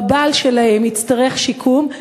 או הבעל שלהם יצטרך שיקום,